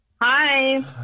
Hi